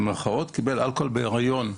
קיבל אלכוהול בהיריון.